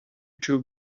two